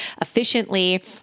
efficiently